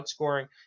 outscoring